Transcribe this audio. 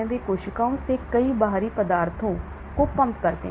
वे कोशिकाओं से कई बाहरी पदार्थों को पंप करते हैं